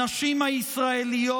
הנשים הישראליות,